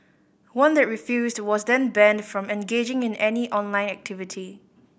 one that refused was then banned from engaging in any online activity